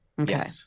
Okay